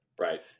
Right